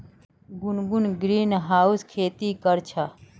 गुनगुन ग्रीनहाउसत खेती कर छ